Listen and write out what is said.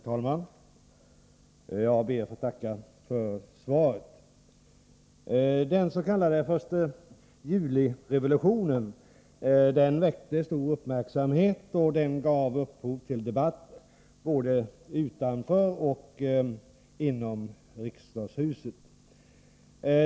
Herr talman! Jag ber att få tacka för svaret. Den s.k. 1 juli-revolutionen väckte stor uppmärksamhet, och den gav upphov till debatt både utanför och inom riksdagshuset.